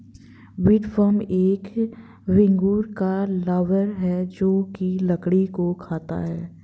woodworm एक भृंग का लार्वा है जो की लकड़ी को खाता है